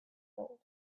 gold